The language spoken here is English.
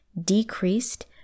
decreased